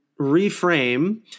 reframe